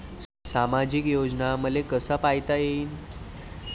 सामाजिक योजना मले कसा पायता येईन?